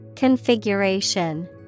Configuration